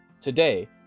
Today